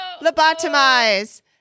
lobotomize